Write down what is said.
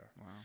Wow